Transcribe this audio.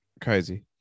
crazy